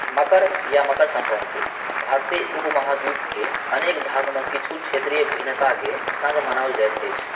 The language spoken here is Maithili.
मकर या मकर सन्क्रान्ति भारतीय उपमहाद्वीपके अनेक भागमे किछु क्षेत्रीय भिन्नताके सङ्ग मनाओल जाइत अछि